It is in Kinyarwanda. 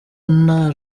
nta